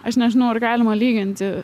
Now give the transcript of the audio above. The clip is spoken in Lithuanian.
aš nežinau ar galima lyginti